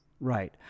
Right